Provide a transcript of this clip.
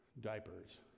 diapers